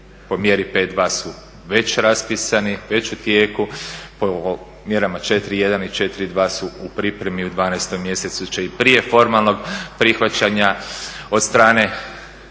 po mjeri pet dva su već raspisani, već u tijeku. Po mjerama četiri jedan i četiri dva su u pripremi. U 12 mjesecu će i prije formalnog prihvaćanja od strane,